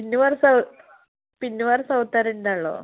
పిన్ని వరస పిన్ని వరస అవుతారు అండి వాళ్ళు